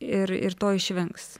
ir ir to išvengs